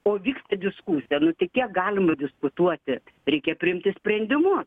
o vyksta diskusija nu tai kiek galima diskutuoti reikia priimti sprendimus